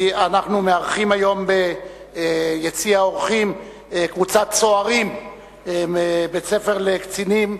אנחנו מארחים היום ביציע האורחים קבוצת צוערים מבית-ספר לקצינים,